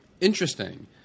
Interesting